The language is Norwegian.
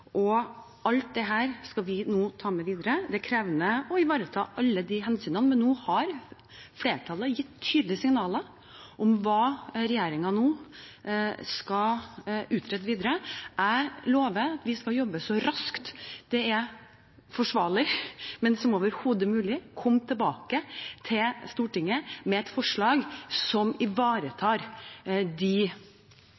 Alt dette skal vi nå ta med videre. Det er krevende å ivareta alle disse hensynene, men nå har flertallet gitt tydelige signaler om hva regjeringen skal utrette videre. Jeg lover at vi skal jobbe så raskt det er forsvarlig og overhodet mulig, og komme tilbake til Stortinget med et forslag som